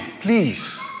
please